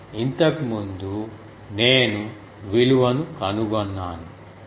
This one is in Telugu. ఇంతకుముందు నేను విలువను కనుగొన్నాను